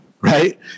Right